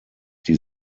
die